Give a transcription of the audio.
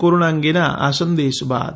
corona અંગેના આ સંદેશ બાદ